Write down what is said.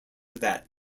that